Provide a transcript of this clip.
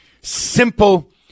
simple